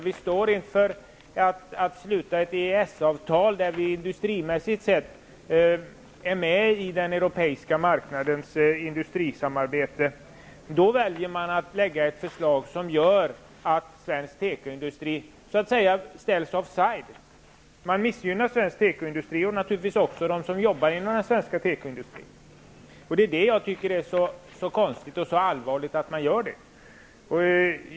Vi står inför ett EES-avtal, som innebär att vi industrimässigt är med i den europeiska marknadens industrisamarbete. Då väljer man att lägga fram ett förslag som gör att svensk tekoindustri ställs offside, så att säga. Svensk tekoindustri missgynnas, och också de som jobbar inom den. Jag tycker att det är konstigt, och det är allvarligt.